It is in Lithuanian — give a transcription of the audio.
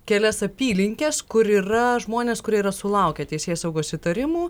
kelias apylinkes kur yra žmonės kurie yra sulaukę teisėsaugos įtarimų